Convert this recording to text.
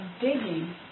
digging